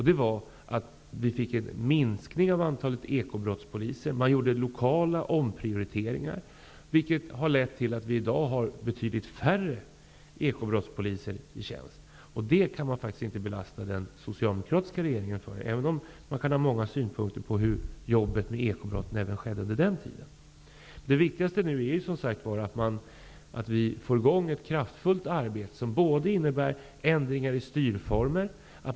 Det blev en minskning av antalet ekobrottspoliser och man gjorde lokala omprioriteringar, vilket har lett till att vi i dag har betydligt färre ekobrottspoliser i tjänst. Det kan man faktiskt inte belasta den socialdemokratiska regeringen för, även om man kan ha många synpunkter på jobbet med ekobrotten under den tiden. Det viktigaste är nu att vi får i gång ett kraftfullt arbete som innebär ändringar i styrformerna.